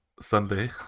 Sunday